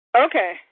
Okay